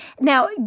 Now